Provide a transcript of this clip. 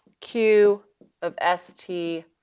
q of s t,